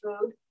food